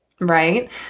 right